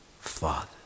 father